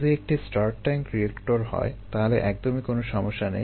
যদি এটি একটি স্টার্ড রিয়েক্টর হয় তাহলে একদমই কোনো সমস্যা নেই